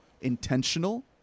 intentional